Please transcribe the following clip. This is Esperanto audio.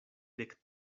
dek